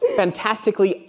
fantastically